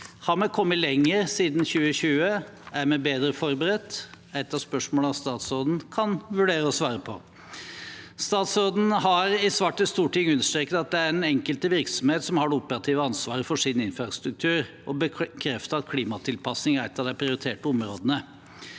Har vi kommet lenger siden 2020? Er vi bedre forberedt? Det er blant spørsmålene statsråden kan vurdere å svare på. Statsråden har i svar til Stortinget understreket at det er den enkelte virksomhet som har det operative ansvaret for sin infrastruktur, og bekreftet at klimatilpasning er ett av de prioriterte områdene.